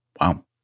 Wow